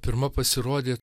pirma pasirodė